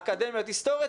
אקדמיות היסטוריות,